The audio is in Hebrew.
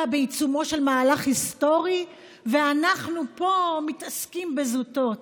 בעיצומו של מהלך היסטורי ושאנחנו פה מתעסקים בזוטות.